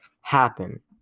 happen